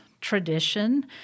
tradition